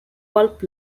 pulp